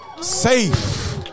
Safe